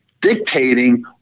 dictating